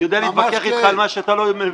אני יודע להתווכח אתך על מה שאתה לא מבין,